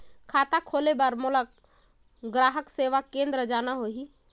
खाता खोले बार मोला ग्राहक सेवा केंद्र जाना होही?